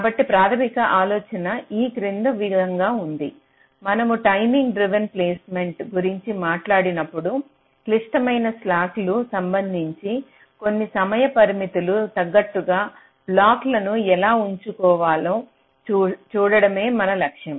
కాబట్టి ప్రాథమిక ఆలోచన ఈ క్రింది విధంగా ఉంది మనము టైమింగ్ డ్రివెన్ ప్లేస్మెంట్ గురించి మాట్లాడినప్పుడు క్లిష్టమైన స్లాక్లకు సంబంధించి కొన్ని సమయ పరిమితులు తగ్గట్టుగా బ్లాక్లను ఎలా ఉంచాలో చూడడమే మన లక్ష్యం